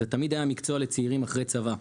זה תמיד היה מקצוע לצעירים אחרי צבא.